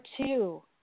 two